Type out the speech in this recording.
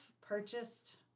purchased